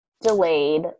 delayed